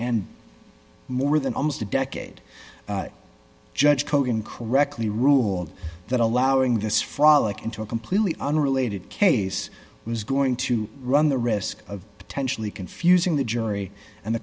and more than almost a decade judge cohen correctly ruled that allowing this frolic into a completely unrelated case was going to run the risk of potentially confusing the jury and